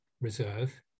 reserve